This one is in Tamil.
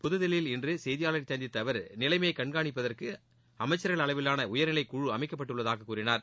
புத்தில்லியில் இன்று செய்தியாளர்களை சந்தித்த அவர் நிலைமையை கண்காணிப்பதற்கு அமைச்சர்கள் அளவிலான உயர்நிலைக் குழு அமைக்கப்பட்டுள்ளதாக கூறினார்